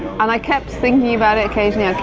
and i kept thinking about it occasionally,